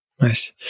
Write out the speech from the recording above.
nice